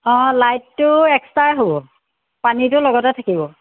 অঁ লাইটটো এক্সট্ৰাই হ'ব পানীটো লগতে থাকিব